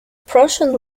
prussian